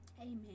Amen